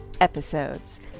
episodes